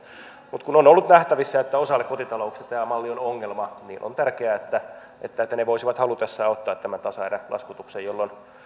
mutta kun on ollut nähtävissä että osalle kotitalouksia tämä malli on ongelma niin on tärkeää että että ne voisivat halutessaan ottaa tämän tasaerälaskutuksen jolloin